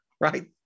right